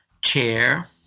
chair